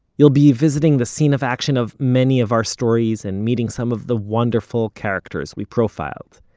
you'll be visiting the scene of action of many of our stories, and meeting some of the wonderful characters we profiled.